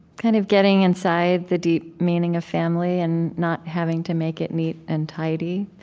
kind of getting inside the deep meaning of family and not having to make it neat and tidy.